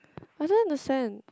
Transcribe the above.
I don't understand